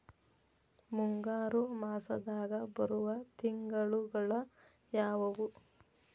ಮುಂಗಾರು ಮಾಸದಾಗ ಬರುವ ತಿಂಗಳುಗಳ ಯಾವವು?